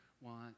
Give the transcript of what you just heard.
want